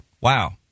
Wow